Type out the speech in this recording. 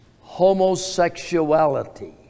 homosexuality